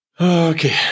Okay